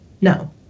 no